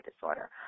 disorder